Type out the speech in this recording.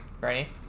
ready